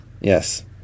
yes